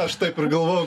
aš taip ir galvojau